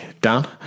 Dan